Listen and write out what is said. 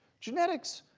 genetics,